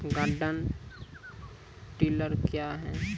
Garden tiller क्या हैं?